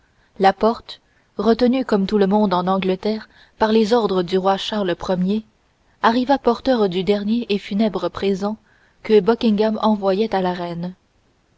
la porte retenu comme tout le monde en angleterre par les ordres du roi charles ier arriva porteur du dernier et funèbre présent que buckingham envoyait à la reine